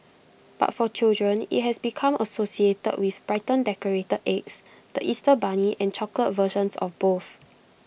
but for children IT has become associated with brightly decorated eggs the Easter bunny and chocolate versions of both